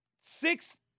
six